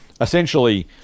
Essentially